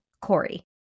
Corey